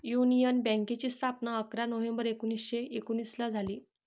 union बँकेची स्थापना अकरा नोव्हेंबर एकोणीसशे एकोनिसला झाली